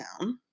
down